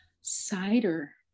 cider